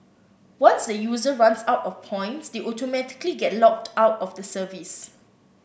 once the user runs out of points they automatically get locked out of the service